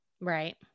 Right